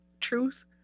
truth